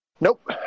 Nope